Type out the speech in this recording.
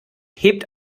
hebt